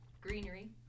greenery